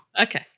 Okay